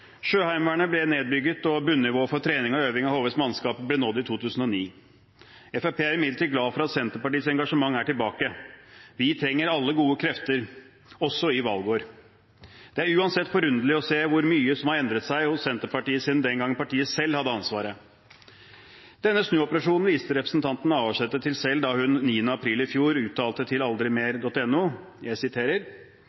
Sjøheimevernet ble nedbygget, og bunnivået for trening og øving av HVs mannskaper ble nådd i 2009. Fremskrittspartiet er imidlertid glad for at Senterpartiets engasjement er tilbake. Vi trenger alle gode krefter, også i valgår. Det er uansett forunderlig å se hvor mye som har endret seg hos Senterpartiet siden den gang politiet selv hadde ansvaret. Denne snuoperasjonen viste representanten Navarsete til selv da hun 9. april i fjor uttalte til